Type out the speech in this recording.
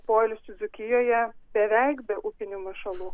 poilsiu dzūkijoje beveik be upinių mašalų